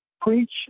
Preach